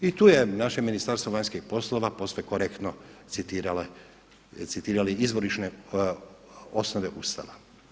I tu je naše Ministarstvo vanjskih poslova posve korektno citirali izvorišne osnove Ustava.